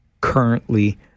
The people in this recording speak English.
currently